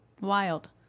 Wild